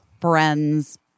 friend's